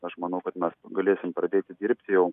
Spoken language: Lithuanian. aš manau kad mes galėsim pradėti dirbti jau